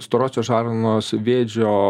storosios žarnos vėžio